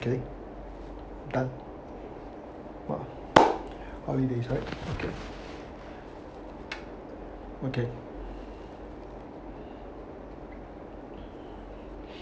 okay done !wah! holiday right okay okay